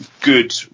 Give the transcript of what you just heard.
good